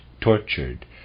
tortured